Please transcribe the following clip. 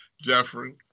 Jeffrey